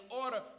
order